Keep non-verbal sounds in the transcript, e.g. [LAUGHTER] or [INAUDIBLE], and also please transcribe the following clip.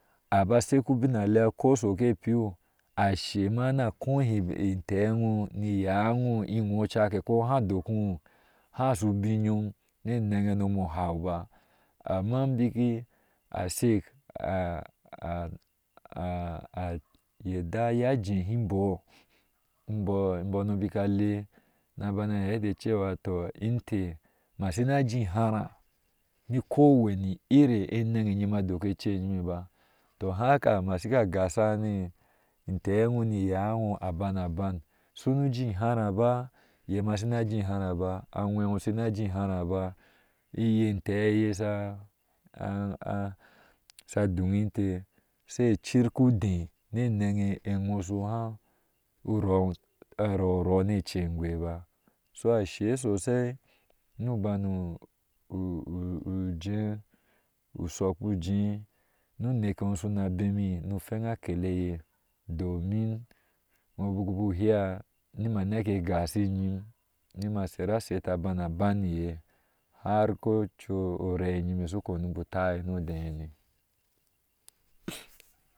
Aba shek ubin alea ko kepi ashe ma na kohi inter wɔɔ iyaa wɔɔ inwɔ ucake ko ha dokiwŋ haske ubin yom a hav ba, amma bna a shau a [HESITATION] a yedda ya dehibɔɔ imbɔɔ imbonɔ bik ale na banɔ he decewa inteh ma shina je ihara ni ko wani ire anaŋa ciyime ba ts laka ma shiga gasha, ni inte wɔɔ iyaa wɔɔ aban aban sunu je ihárá ba iyema sina je iharaba aŋweewu shine je ihare ba ige inteeye she [HESITATION] dug inte sai ar kudee ne anaŋ ewɔɔ shu haa arɔɔonne ce ece egwee ba, so ashe sosai nu ubanu [HESITATION] je u shukpon we nu uneke wɔɔ suna beme fed akeleye domin wɔɔ bik vbɔ hea nima neke gashiyim nima sar ashete aban aban niye, har ko ocu orai eyime shi kpeni taa no odee hanc. [NOISE]